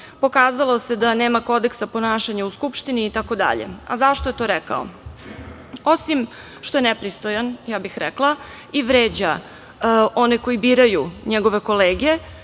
pokazalo se da nema kodeksa ponašanja u Skupštini, itd. A zašto je to rekao? Osim što je nepristojan, ja bih rekla i vređa one koje biraju njegove kolege